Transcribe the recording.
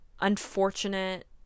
unfortunate